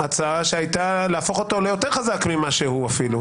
הצעה שהייתה להפוך אותו ליותר חזק ממה שהוא אפילו.